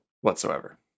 whatsoever